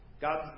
God